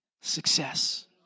success